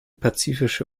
pazifische